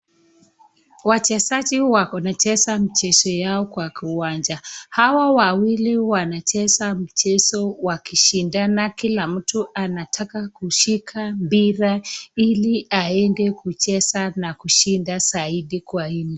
Wachezaji wanacheza mchezo yao kwa kiwanja. Hawa wawili wanacheza michezo wakishindana kila mtu anataka kushika mpira ili aende kucheza na kushinda zaidi.